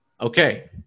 Okay